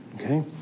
Okay